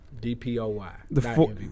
D-P-O-Y